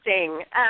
interesting